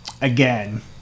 again